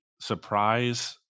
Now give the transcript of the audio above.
surprise